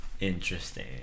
interesting